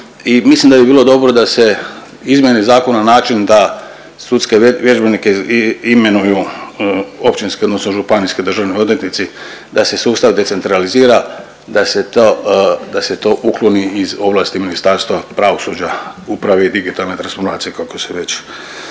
mislim da bi bilo dobro da se izmjene zakona na način da sudske vježbenike imenuju općinski odnosno županijski državni odvjetnici, da se sustav decentralizira, da se to, da se to ukloni iz ovlasti Ministarstva pravosuđa upravo digitalne transformacije kako se već